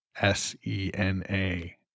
S-E-N-A